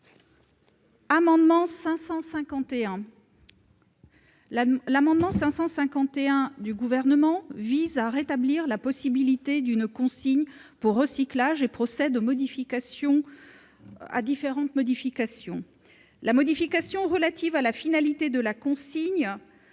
L'amendement n° 551 du Gouvernement vise à rétablir la possibilité d'une consigne pour recyclage et à procéder à différentes modifications. Celle relative à la finalité de la consigne,